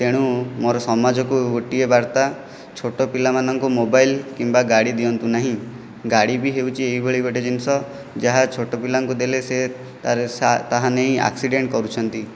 ତେଣୁ ମୋର ସମାଜକୁ ଗୋଟିଏ ବାର୍ତ୍ତା ଛୋଟ ପିଲାମାନଙ୍କୁ ମୋବାଇଲ କିମ୍ବା ଗାଡ଼ି ଦିଅନ୍ତୁ ନାହିଁ ଗାଡ଼ି ବି ହେଉଛି ଏହିଭଳି ଗୋଟିଏ ଜିନିଷ ଯାହା ଛୋଟ ପିଲାଙ୍କୁ ଦେଲେ ସିଏ ତାରେସା ତାହା ନେଇ ଆକ୍ସିଡେଣ୍ଟ କରୁଛନ୍ତି